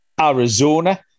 Arizona